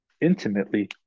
intimately